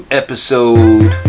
episode